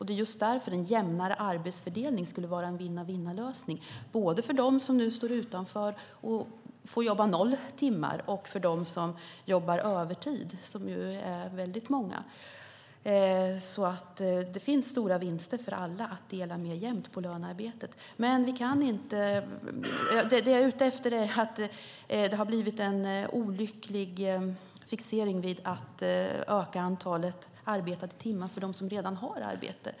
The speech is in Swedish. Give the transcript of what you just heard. Det är just därför en jämnare arbetsfördelning skulle vara en vinna-vinna-lösning både för dem som nu står utanför och får jobba noll timmar och för dem som jobbar övertid - det är väldigt många. Det finns alltså stora vinster för alla i att dela mer lika på lönearbetet. Det jag är ute efter är att det har blivit en olycklig fixering vid att öka antalet arbetade timmar för dem som redan har arbete.